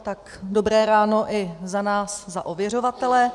Tak dobré ráno i za nás, za ověřovatele.